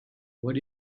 what